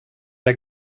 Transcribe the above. der